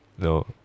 No